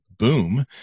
boom